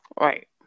Right